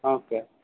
ఆ ఒకే